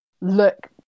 look